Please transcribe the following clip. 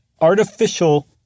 artificial